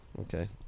okay